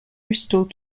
restored